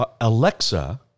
alexa